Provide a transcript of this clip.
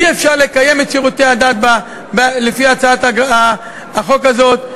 אי-אפשר לקיים את שירותי הדת לפי הצעת החוק הזאת.